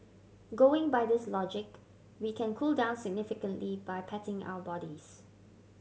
going by this logic we can cool down significantly by patting our bodies